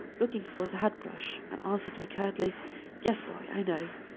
looking for the hat-brush, and answered me curtly yes, boy, i know.